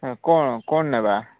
ହଁ କ'ଣ କ'ଣ ନେବା